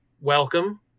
welcome